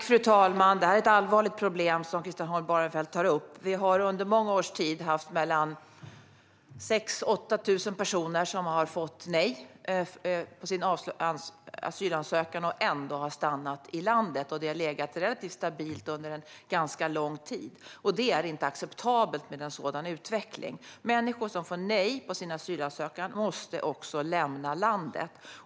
Fru talman! Det är ett allvarligt problem som Christian Holm Barenfeld tar upp. Under många år har mellan 6 000 och 8 000 personer fått nej på sin asylansökan men ändå stannat i landet. Det har legat relativt stabilt under en ganska lång tid. Det är inte acceptabelt med en sådan utveckling. Människor som får nej på sin asylansökan måste också lämna landet.